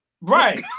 right